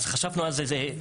חשבנו על זה.